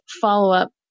follow-up